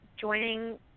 joining